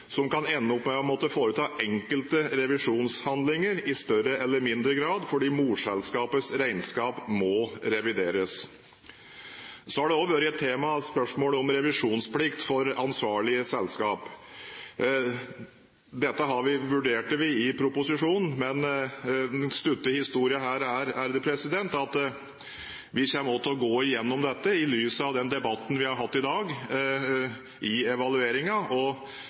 som kan ende opp med å måtte foreta enkelte revisjonshandlinger i større eller mindre grad, fordi morselskapets regnskap må revideres. Så har også spørsmålet om revisjonsplikt for ansvarlige selskap vært et tema. Dette vurderte vi i proposisjonen, men den korte historien her er at vi også kommer til å gå gjennom dette i evalueringen i lys av den debatten vi har hatt i dag.